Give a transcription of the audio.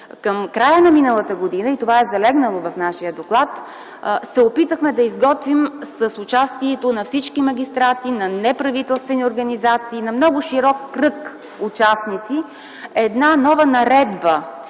Към края на миналата година, и това е залегнало в нашия доклад, се опитахме да изготвим с участието на всички магистрати, на неправителствени организации, на много широк кръг участници нова Наредба